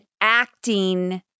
acting